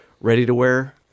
ready-to-wear